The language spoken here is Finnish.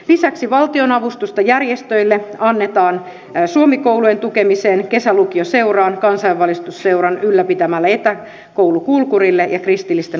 lisäksi valtionavustusta järjestöille annetaan suomi koulujen tukemiseen kesälukioseuralle kansanvalistusseuran ylläpitämälle etäkoulu kulkurille ja kristillisten koulujen kerhotoimintaan